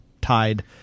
tied